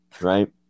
right